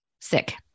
sick